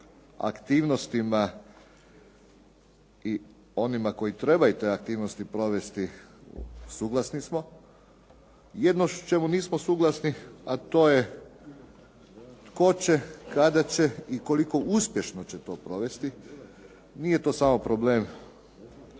aktivnostima i onima koji trebaju te aktivnosti provesti suglasni smo. Jedino u čemu nismo suglasni, a to je tko će i kada će i koliko će to uspješno provesti? Nije to samo problem,